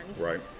right